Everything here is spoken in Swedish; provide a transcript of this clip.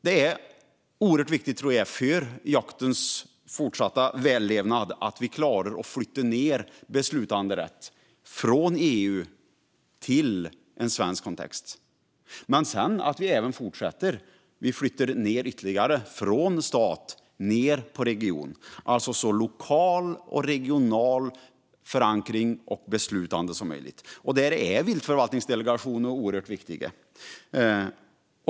Det är oerhört viktigt, tror jag, för jaktens fortsatta vällevnad att vi klarar att flytta ned beslutanderätt från EU till en svensk kontext, men också att vi sedan fortsätter och flyttar ned den ytterligare från stat ned till region. Det ska alltså vara så mycket förankring och beslutande på lokal och regional nivå som möjligt. Där är viltförvaltningsdelegationerna oerhört viktiga.